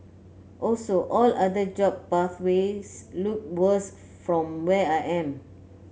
also all other job pathways look worse from where I am